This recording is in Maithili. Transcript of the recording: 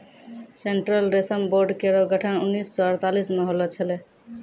सेंट्रल रेशम बोर्ड केरो गठन उन्नीस सौ अड़तालीस म होलो छलै